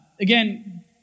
Again